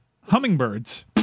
Hummingbirds